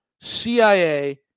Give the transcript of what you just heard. CIA